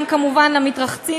גם כמובן למתרחצים,